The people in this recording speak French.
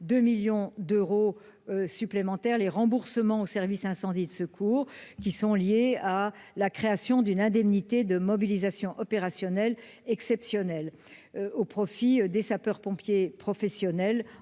vise donc, d'une part, à financer les remboursements aux services d'incendie et de secours liés à la création d'une indemnité de mobilisation opérationnelle exceptionnelle au profit des sapeurs-pompiers professionnels